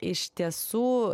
iš tiesų